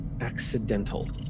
accidental